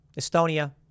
Estonia